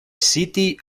city